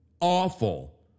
awful